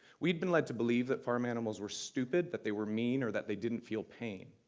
we'd been led to believe that farm animals were stupid, that they were mean, or that they didn't feel pain.